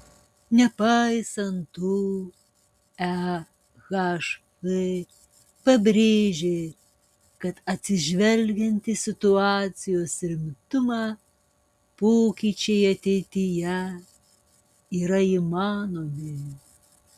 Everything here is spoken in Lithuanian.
nepaisant to ehf pabrėžė kad atsižvelgiant į situacijos rimtumą pokyčiai ateityje yra įmanomi